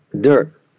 dirt